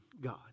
God